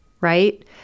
right